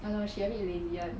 I don't know she a bit lazy [one]